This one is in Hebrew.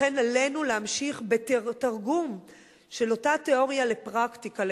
לכן עלינו להמשיך בתרגום של אותה תיאוריה לפרקטיקה,